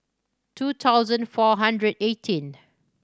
two thousand four hundred eighteenth